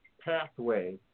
pathway